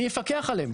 מי יפקח עליהם?